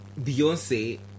Beyonce